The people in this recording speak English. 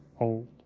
old